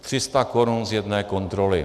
Tři sta korun z jedné kontroly.